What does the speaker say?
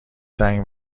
زنگ